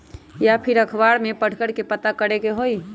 या फिर अखबार में पढ़कर के पता करे के होई?